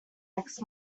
next